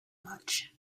much